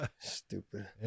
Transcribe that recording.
Stupid